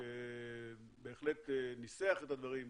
שבהחלט ניסח את הדברים,